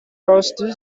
راستی